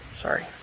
sorry